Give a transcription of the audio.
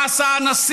מה עשה הנשיא,